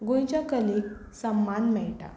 गोंयच्या कलेक सम्मान मेळटा